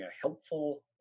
helpful